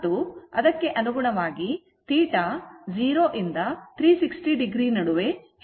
ಮತ್ತು ಅದಕ್ಕೆ ಅನುಗುಣವಾಗಿ θ 0 ರಿಂದ 360o ನಡುವೆ ಹೆಚ್ಚಾಗುತ್ತಾ ಹೋಗುತ್ತದೆ